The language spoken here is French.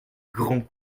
grand